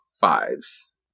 fives